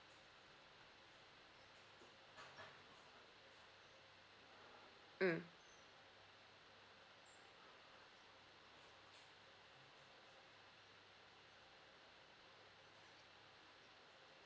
mm